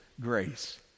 grace